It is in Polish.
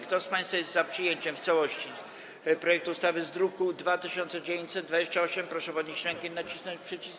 Kto z państwa jest za przyjęciem w całości projektu ustawy z druku nr 2928, proszę podnieść rękę i nacisnąć przycisk.